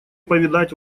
повидать